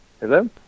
Hello